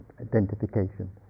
identification